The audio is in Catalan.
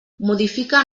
modifica